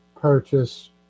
purchase